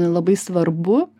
labai svarbu